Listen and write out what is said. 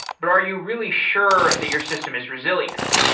but are you really sure that your system is resilient?